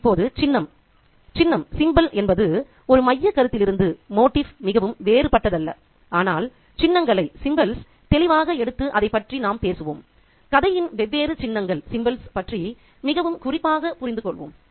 இப்போது சின்னம் சின்னம் என்பது ஒரு மையக்கருத்திலிருந்து மிகவும் வேறுபட்டதல்ல ஆனால் சின்னங்களை தெளிவாக எடுத்து அதைப் பற்றி நாம் பேசுவோம் கதையின் வெவ்வேறு சின்னங்கள் பற்றி மிகவும் குறிப்பாக புரிந்துகொள்வோம்